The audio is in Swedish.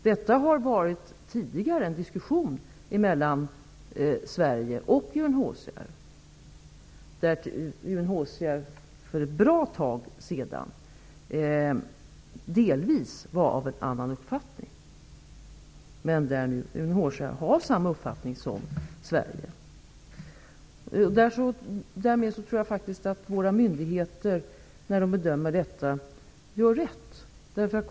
Det har tidigare förts en diskussion mellan Sverige och UNHCR om detta, och UNHCR var för ett bra tag sedan delvis av en annan uppfattning, men UNHCR har nu samma uppfattning som Sverige. Därmed tror jag faktiskt också att våra myndigheter när de bedömer detta gör rätt.